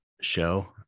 show